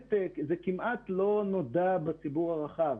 ובאמת זה כמעט לא נודע בציבור הרחב.